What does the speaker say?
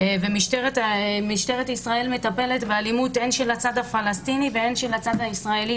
ומשטרת ישראל מטפלת באלימות הן של הצד הפלסטיני והן של הצד הישראלי,